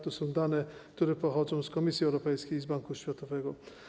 To są dane, które pochodzą z Komisji Europejskiej, z Banku Światowego.